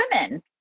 women